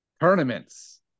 tournaments